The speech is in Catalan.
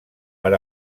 per